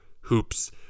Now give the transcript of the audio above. hoops